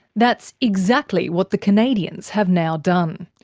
that's exactly what the canadians have now done.